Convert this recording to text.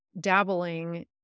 dabbling